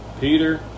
Peter